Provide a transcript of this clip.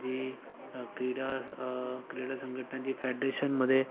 जी क्रीडा क्रीडा संघटनाची फॅडरेशनमध्ये